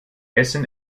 essen